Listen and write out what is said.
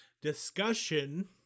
Discussion